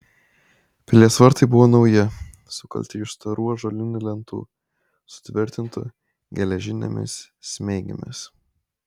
pilies vartai buvo nauji sukalti iš storų ąžuolinių lentų sutvirtintų geležinėmis smeigėmis